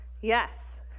yes